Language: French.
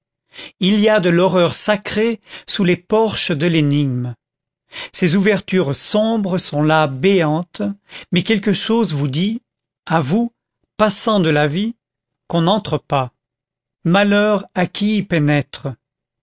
il y a de l'horreur sacrée sous les porches de l'énigme ces ouvertures sombres sont là béantes mais quelque chose vous dit à vous passant de la vie qu'on n'entre pas malheur